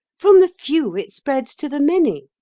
from the few it spreads to the many.